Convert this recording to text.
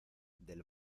del